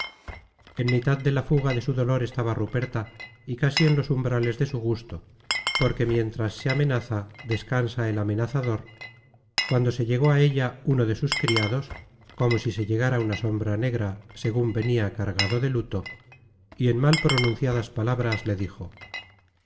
en mitad de la fuga de su dolor estaba ruperta y casi en los umbrales de su gusto porque mientras se amenaza descansa el amenazador cuando se llegó á ella uno de sus criados como si se llegara una sombra negra segun venia cargado de luto y en mal pronunciadas palabras le dijo